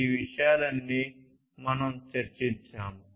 ఈ విషయాలన్నీ మనం చర్చించాము